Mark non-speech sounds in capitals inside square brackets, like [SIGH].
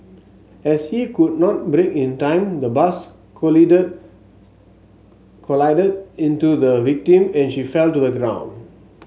as he could not brake in time the bus [UNINTELLIGIBLE] collided into the victim and she fell to the ground